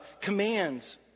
commands